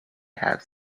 have